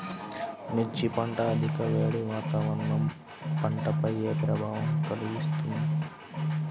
మిర్చి పంట అధిక వేడి వాతావరణం పంటపై ఏ ప్రభావం కలిగిస్తుంది?